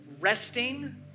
Resting